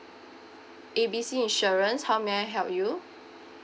A B C insurance how may I help you